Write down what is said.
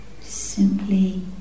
Simply